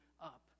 up